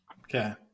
Okay